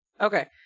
Okay